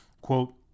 quote